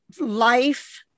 life